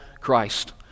Christ